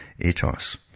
ATOS